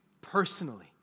personally